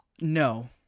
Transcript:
No